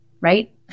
right